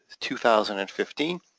2015